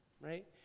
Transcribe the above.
Right